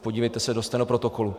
Podívejte se do stenoprotokolu.